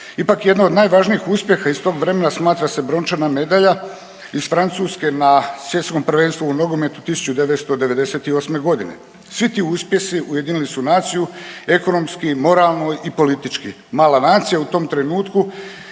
Ipak jedan od najvažnijih uspjeha iz tog vremena smatra se brončana medalja iz Francuske na svjetskom prvenstvu u nogometu 1998. godine. Svi ti uspjesi ujedinili su naciju ekonomski, moralno i politički, mala nacija u tom trenutku